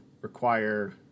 require